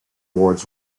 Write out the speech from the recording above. wards